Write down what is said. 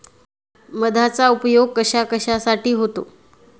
मधाचा उपयोग कशाकशासाठी होतो?